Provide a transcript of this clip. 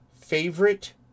Favorite